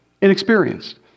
Inexperienced